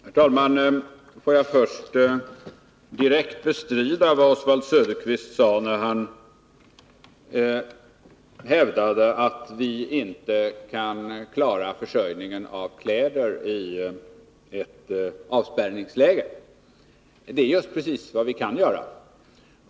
Herr talman! Får jag först direkt bestrida vad Oswald Söderqvist sade, när han hävdade att vi inte kan klara försörjningen av kläder i ett avspärrnings 9 Riksdagens protokoll 1981/82:167-168 läge. Det är just precis vad vi kan göra.